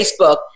Facebook